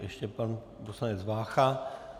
Ještě pan poslanec Vácha.